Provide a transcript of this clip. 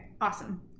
awesome